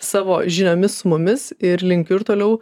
savo žiniomis su mumis ir linkiu ir toliau